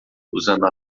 usando